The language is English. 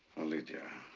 lydia.